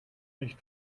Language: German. nicht